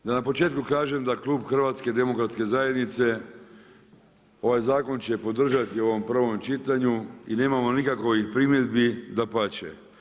Da na početku kažem da Klub HDZ-a ovaj zakon će podržati u ovom prvom čitanju i nemamo nikakvih primjedbi, dapače.